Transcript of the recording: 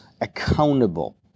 accountable